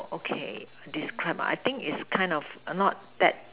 okay describe I think is kind of not that